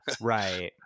right